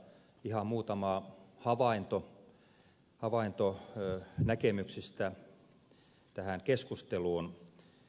ihan muutama havainto näkemyksistä tähän keskusteluun